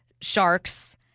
sharks